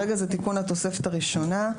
כרגע זה תיקון לתוספת הראשונה,